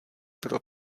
pro